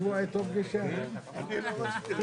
הישיבה ננעלה בשעה